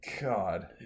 God